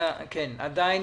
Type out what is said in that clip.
עדיין